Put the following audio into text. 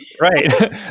right